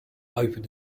opened